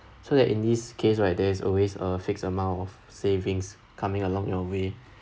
so that in this case right there's always a fixed amount of savings coming along your way